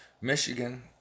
Michigan